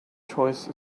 choice